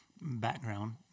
background